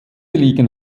liegen